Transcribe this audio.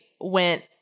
went